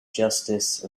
justice